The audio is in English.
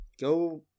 go